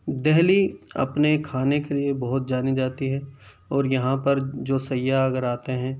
دہلی اپنے کھانے کے لیے بہت جانی جاتی ہے اور یہاں پر جو سیاح اگر آتے ہیں